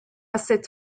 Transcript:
cette